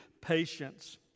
patience